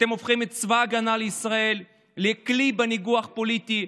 אתם הופכים את צבא ההגנה לישראל לכלי ניגוח פוליטי,